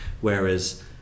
Whereas